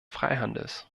freihandels